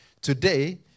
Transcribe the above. Today